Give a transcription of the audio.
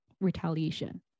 retaliation